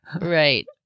Right